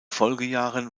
folgejahren